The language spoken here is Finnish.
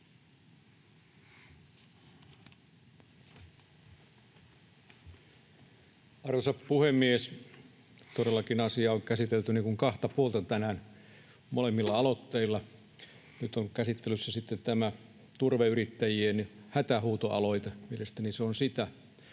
Arvoisa puhemies! Todellakin asiaa on käsitelty kahta puolta tänään, molemmilla aloitteilla. Nyt on käsittelyssä tämä turveyrittäjien hätähuutoaloite, mielestäni se on sitä.